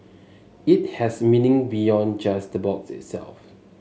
it has meaning beyond just the box itself